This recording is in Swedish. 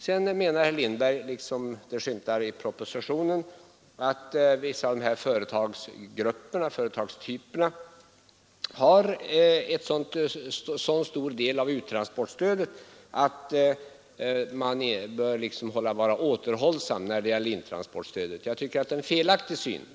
Sedan menar herr Lindberg, liksom det skymtar i propositionen, att vissa företagstyper har en så stor andel av uttransportstödet att man bör vara återhållsam när det gäller intransportstödet. Jag tycker det är en felaktig syn.